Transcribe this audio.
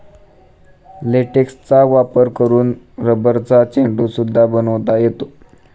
लेटेक्सचा वापर करून रबरचा चेंडू सुद्धा बनवता येतो